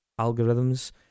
algorithms